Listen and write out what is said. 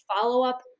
follow-up